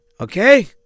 Okay